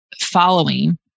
following